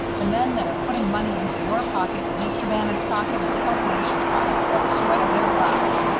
the men that are putting money into your pocket, and mr. bannon's pocket, and the corporation's pocket, by the sweat of their brows.